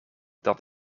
dat